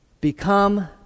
become